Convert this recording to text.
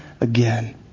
again